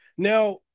Now